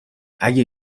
اگه